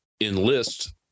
enlist